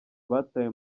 abatawe